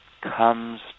comes